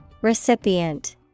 Recipient